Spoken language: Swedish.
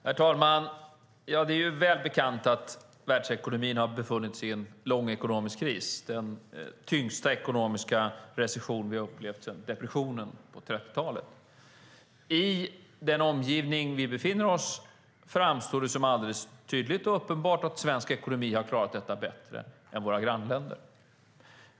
Herr talman! Det är väl bekant att världsekonomin befunnit sig i en långvarig kris. Det är den tyngsta ekonomiska recession vi upplevt sedan depressionen på 30-talet. I den omgivning vi befinner oss framstår det som alldeles tydligt och uppenbart att svensk ekonomi klarat det bättre än grannländernas.